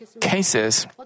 cases